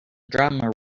drama